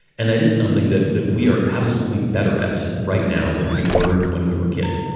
and that is something that that we are absolutely better at right now than we were when we were kids.